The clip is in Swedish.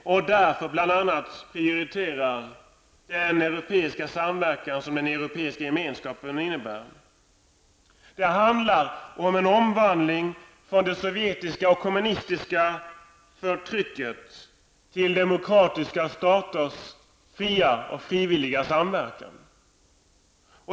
Därför prioriteras bl.a. den europeiska samverkan som den Europeiska gemenskapen innebär. Det handlar om en omvandling från det sovjetiska och kommunistiska förtrycket till demokratiska staters fria och frivilliga samverkan.